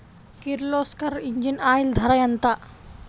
Kirloskar engine oil ధర ఎంత?